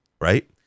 right